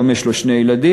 היום יש לו שני ילדים.